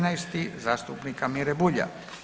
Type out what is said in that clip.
13. zastupnika Mire Bulja.